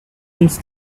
ends